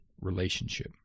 relationship